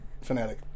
fanatic